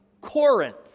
Corinth